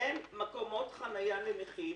אין מקומות חניה לנכים,